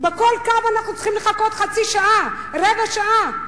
בכל קו אנחנו צריכים לחכות חצי שעה, רבע שעה,